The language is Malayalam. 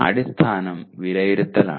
അടിസ്ഥാനം വിലയിരുത്തലാണ്